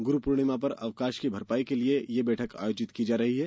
गुरुपूर्णिमा पर अवकाश की भरपाई के लिए यह बैठक आयोजित की जा रही है